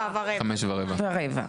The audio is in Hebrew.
(ד),